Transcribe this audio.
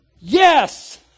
yes